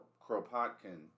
Kropotkin